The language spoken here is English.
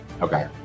okay